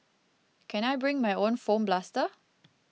can I bring my own foam blaster